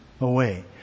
away